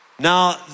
Now